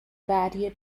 barrier